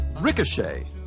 Ricochet